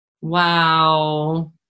Wow